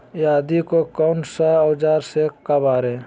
आदि को कौन सा औजार से काबरे?